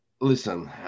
listen